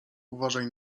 uważaj